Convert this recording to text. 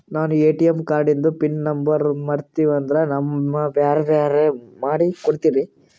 ನಾನು ಎ.ಟಿ.ಎಂ ಕಾರ್ಡಿಂದು pin number ಮರತೀವಂದ್ರ ನಮಗ ಬ್ಯಾರೆ ನಂಬರ್ ಮಾಡಿ ಕೊಡ್ತೀರಿ?